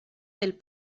del